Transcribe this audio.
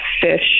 fish